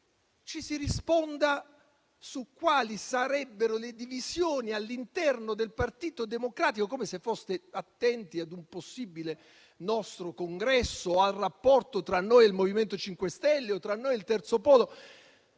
ci si risponda su quali sarebbero le divisioni all'interno del Partito Democratico, come se foste attenti ad un possibile nostro congresso o al rapporto tra noi e il MoVimento 5 Stelle o tra noi e il terzo polo.